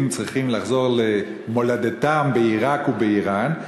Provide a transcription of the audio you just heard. צריכים לחזור למולדתם בעיראק ובאיראן,